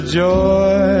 joy